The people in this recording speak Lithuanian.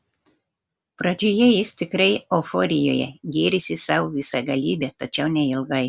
pradžioje jis tikrai euforijoje gėrisi savo visagalybe tačiau neilgai